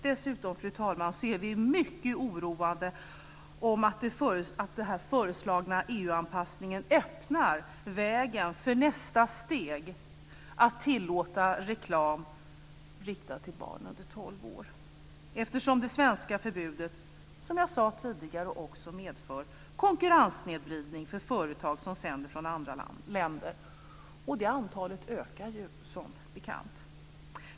Dessutom, fru talman, är vi mycket oroade av att den föreslagna EU-anpassningen öppnar vägen för nästa steg, att tillåta reklam riktad till barn under 12 år, eftersom det svenska förbudet, som jag sade tidigare, också medför konkurrenssnedvridning för företag som sänder från andra länder, och det antalet ökar ju som bekant.